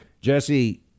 Jesse